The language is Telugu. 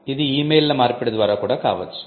ఇది ఈమెయిల్ల మార్పిడి ద్వారా కూడా కావచ్చు